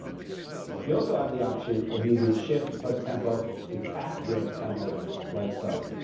you also have the option of using shift, press tempo to tap your tempo in like so